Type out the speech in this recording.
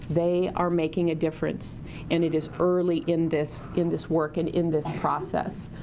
they are making a difference and it is early in this in this work, and in this process.